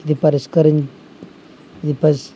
ఇది పరిష్కరిం ఇది పస్